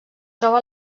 troba